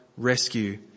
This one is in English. Rescue